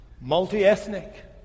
Multi-ethnic